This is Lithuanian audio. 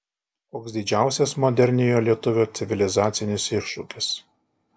koks didžiausias moderniojo lietuvio civilizacinis iššūkis